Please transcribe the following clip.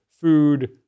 food